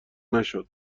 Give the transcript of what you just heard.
نشد